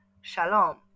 shalom